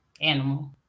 animal